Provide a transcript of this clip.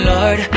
Lord